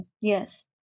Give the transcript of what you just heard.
Yes